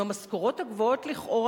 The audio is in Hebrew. עם המשכורות הגבוהות לכאורה,